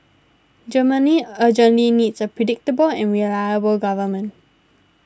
Germany urgently needs a predictable and reliable government